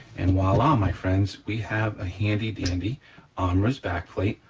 and voila, my friends, we have a handy dandy armorer's backplate.